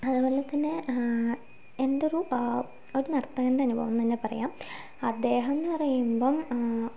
അതേപോലെതന്നെ എൻ്റെയൊരു ആ ഒരു നർത്തകൻ എന്നുതന്നെ പറയാം അദ്ദേഹം എന്നുപറയുമ്പം